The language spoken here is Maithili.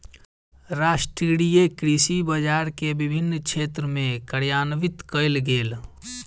राष्ट्रीय कृषि बजार के विभिन्न क्षेत्र में कार्यान्वित कयल गेल